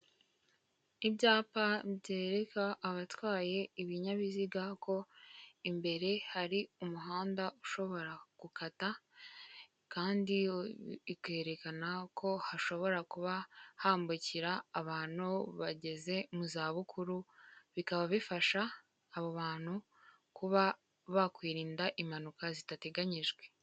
Ibyapa byereka abatwaye ibinyabiziga ko imbere hari umuhanda ushobora gukata kandi bikerekana ko hashobora kuba hambukira abantu bageze mu zabukuru, bikaba bifasha abo bantu kuba bakwirinda impanuka zitateganyijwe.